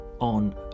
on